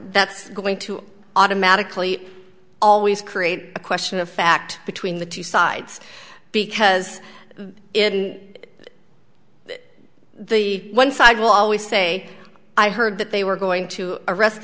that's going to automatically always create a question of fact between the two sides because in the one side will always say i heard that they were going to arrest